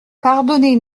pardonnez